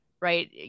right